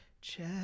Check